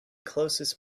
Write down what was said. closest